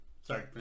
Sorry